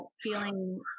Feeling